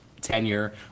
tenure